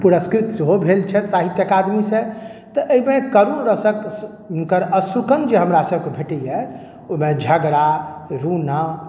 पुरस्कृत सेहो भेल छथि साहित्य अकादमीसँ तऽ एहिमे करुण रसक हुनकर अश्रुकण जे हमरासभके भेटैए ओहिमे झगड़ा रूना